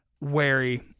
wary